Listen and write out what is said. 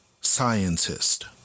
scientist